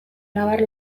nabar